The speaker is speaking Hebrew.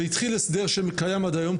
והתחיל הסדר שקיים עד היום,